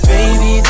Baby